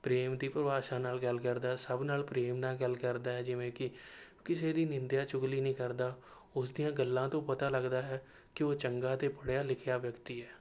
ਪ੍ਰੇਮ ਦੀ ਪਰਿਭਾਸ਼ਾ ਨਾਲ ਗੱਲ ਕਰਦਾ ਸਭ ਨਾਲ ਪ੍ਰੇਮ ਨਾਲ ਗੱਲ ਕਰਦਾ ਹੈ ਜਿਵੇਂ ਕਿ ਕਿਸੇ ਦੀ ਨਿੰਦਿਆ ਚੁਗਲੀ ਨਹੀਂ ਕਰਦਾ ਉਸ ਦੀਆਂ ਗੱਲਾਂ ਤੋਂ ਪਤਾ ਲੱਗਦਾ ਹੈ ਕਿ ਉਹ ਚੰਗਾ ਅਤੇ ਪੜ੍ਹਿਆ ਲਿਖਿਆ ਵਿਅਕਤੀ ਹੈ